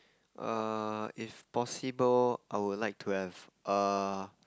err if possible I'll like to have err